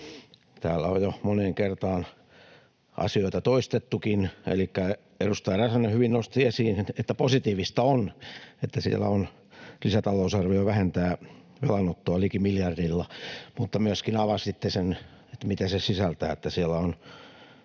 Täällä on jo moneen kertaan asioita toistettukin, elikkä edustaja Räsänen hyvin nosti esiin, että positiivista on, että lisätalousarvio vähentää velanottoa liki miljardilla, mutta myöskin avasitte sen, mitä se sisältää.